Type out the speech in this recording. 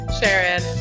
Sharon